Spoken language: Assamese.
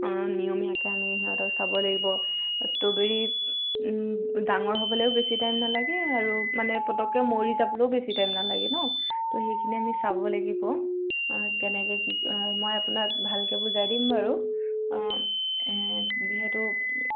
অ নিয়মীয়াকে আমি সিহঁতক চাব লাগিব ষ্ট্ৰবেৰী ডাঙৰ হ'বলৈও বেছি টাইম নালাগে আৰু মানে পতককৈ মৰি যাবলৈও বেছি টাইম নালাগে ন' তো সেইখিনি আমি চাব লাগিব কেনেকৈ কি কৰে মই আপোনাক ভালকে বুজাই দিম বাৰু যিহেতু